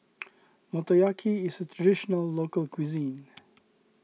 Motoyaki is a Traditional Local Cuisine